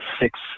six